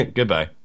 Goodbye